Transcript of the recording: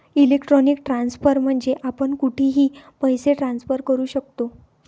electronic transfer म्हणजे आपण कुठेही पैसे ट्रान्सफर करू शकतो